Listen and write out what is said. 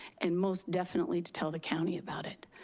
and most definitely to tell the county about it.